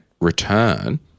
return